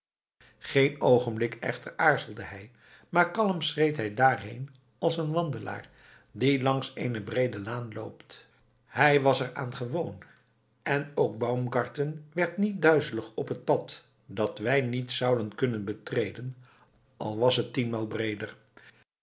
geen oogenblik echter aarzelde hij maar kalm schreed hij daarheen als een wandelaar die langs eene breede laan loopt hij was er aan gewoon en ook baumgarten werd niet duizelig op het pad dat wij niet zouden kunnen betreden al was het tienmaal breeder